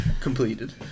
Completed